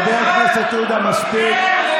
חבר הכנסת עודה, מספיק.